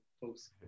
folks